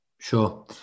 Sure